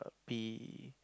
be